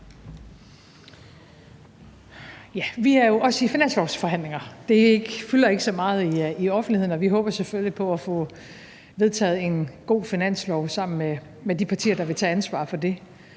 Vi er jo også i finanslovsforhandlinger – det fylder ikke så meget i offentligheden – og vi håber selvfølgelig på at få vedtaget en god finanslov sammen med de partier, der vil tage ansvar for det.